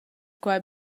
quai